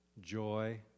joy